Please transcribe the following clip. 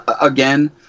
Again